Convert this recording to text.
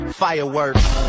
fireworks